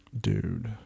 dude